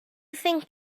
think